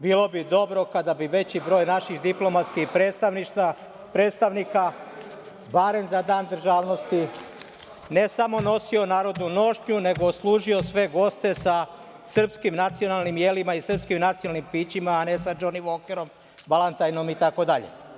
Bilo bi dobro kada bi veći broj naših diplomatskih predstavnika, barem za Dan državnosti, ne samo nosio narodnu nošnju, nego služio sve goste sa srpskim nacionalnim jelima i srpskim nacionalnim pićima a ne sa „Džoni Vokerom“, „Balantajnsom“ itd.